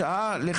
ההסתגלות.